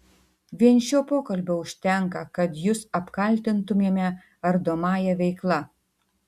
vien šio pokalbio užtenka kad jus apkaltintumėme ardomąja veikla